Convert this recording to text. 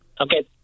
Okay